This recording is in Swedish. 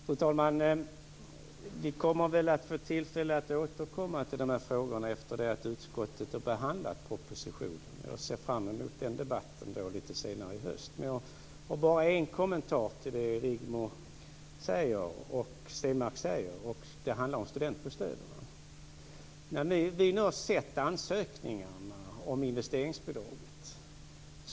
Fru talman! Vi kommer väl att få tillfälle att återkomma till de här frågorna efter det att utskottet har behandlat propositionen. Jag ser fram emot den debatten lite senare i höst. Jag har bara en kommentar till det som Rigmor Stenmark säger. Det handlar om studentbostäderna. Vi har sett ansökningarna om investeringsbidraget.